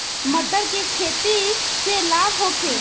मटर के खेती से लाभ होखे?